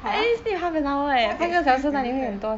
!huh! what excuse do you have